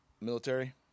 Military